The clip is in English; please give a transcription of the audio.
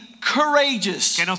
courageous